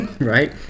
Right